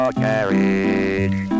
carriage